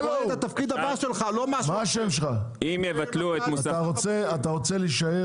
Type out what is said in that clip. אם יבטלו את מוסכי ההסדר